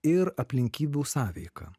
ir aplinkybių sąveika